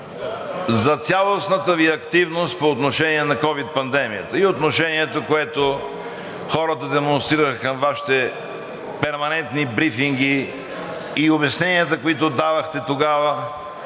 за цялостната Ви активност по отношение на ковид пандемията – и отношението, което хората демонстрираха към Вашите перманентни брифинги, и обясненията, които давахте тогава.